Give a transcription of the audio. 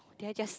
did I just